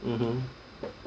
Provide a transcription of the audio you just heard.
mmhmm